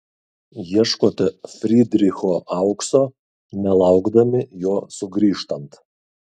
ieškote frydricho aukso nelaukdami jo sugrįžtant